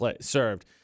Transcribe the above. served